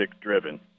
driven